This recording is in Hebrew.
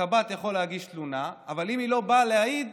הקב"ט יכול להגיש תלונה, אבל אם היא לא באה להעיד